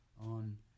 on